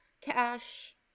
Cash